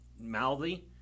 mouthy